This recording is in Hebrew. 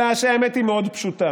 אלא שהאמת היא מאוד פשוטה,